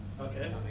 Okay